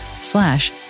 slash